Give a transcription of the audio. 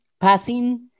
passing